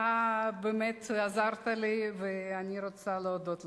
אתה באמת עזרת לי, ואני רוצה להודות לך.